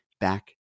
back